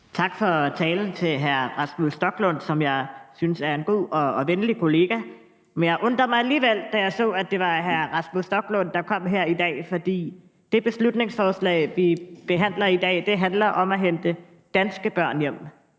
Tak for talen til hr. Rasmus Stoklund, som jeg synes er en god og venlig kollega. Men jeg undrede mig alligevel, da jeg så, at det var hr. Rasmus Stoklund, der kom her i dag, for det beslutningsforslag, vi behandler i dag, handler om at hente danske børn hjem